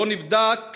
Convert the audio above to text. לא נבדק